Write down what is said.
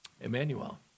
Emmanuel